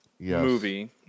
movie